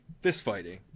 fist-fighting